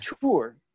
tour